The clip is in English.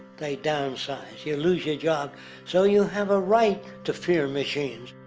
they downsize. you loose your job so you have a right to fear machines.